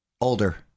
Older